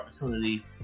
opportunity